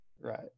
right